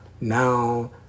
now